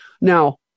Now